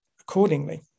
accordingly